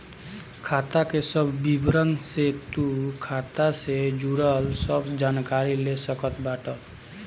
खाता के सब विवरण से तू खाता से जुड़ल सब जानकारी ले सकत बाटअ